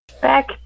Back